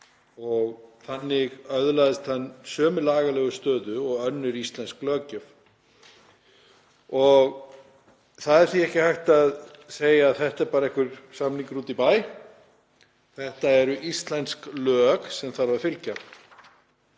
og þannig öðlaðist hann sömu lagalegu stöðu og önnur íslensk löggjöf. Það er því ekki hægt að segja að þetta sé bara einhver samningur úti í bæ. Þetta eru íslensk lög sem þarf að fylgja.